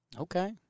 Okay